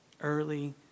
early